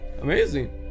Amazing